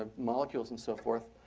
ah molecules and so forth,